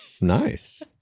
Nice